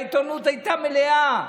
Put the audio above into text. העיתונות הייתה מלאה,